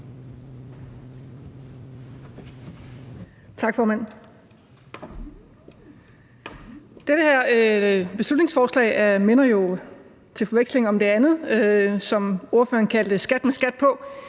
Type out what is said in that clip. Det her beslutningsforslag minder jo til forveksling om det andet, som ordføreren kaldte skat med skat på,